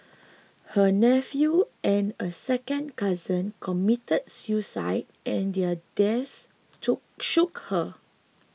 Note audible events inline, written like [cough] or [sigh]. her nephew and a second cousin committed suicide and their deaths [unintelligible] shook her